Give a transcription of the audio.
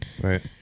Right